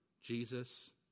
Jesus